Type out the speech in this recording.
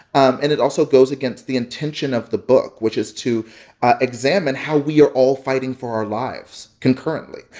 um and it also goes against the intention of the book, which is to examine how we are all fighting for our lives, concurrently.